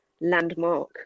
landmark